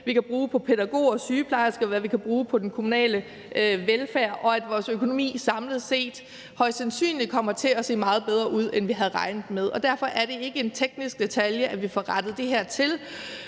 vi kan bruge på pædagoger og sygeplejersker, og hvad vi kan bruge på den kommunale velfærd, og at vores økonomi samlet set højst sandsynligt kommer til at se meget bedre ud, end vi havde regnet med. Derfor er det ikke en teknisk detalje, at vi får rettet det her til,